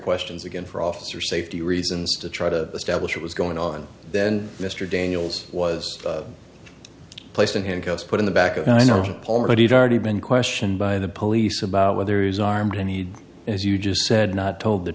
questions again for officer safety reasons to try to establish it was going on then mr daniels was placed in handcuffs put in the back and i know palmer but he'd already been questioned by the police about whether he's armed and he'd as you just said not told the